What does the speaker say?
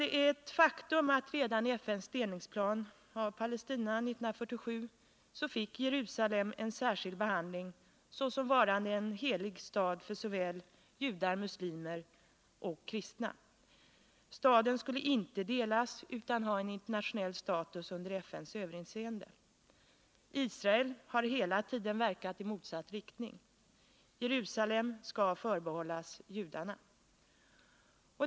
Det är ett faktum att Jerusalem redan i FN:s delningsplan 1947 rörande Palestina fick en särskild behandling såsom varande en helig stad för såväl judar och muslimer som kristna. Staden skulle inte delas utan ha en internationell status under FN:s överinseende. Israel har hela tiden verkat i motsatt riktning. Jerusalem skall förbehållas judarna.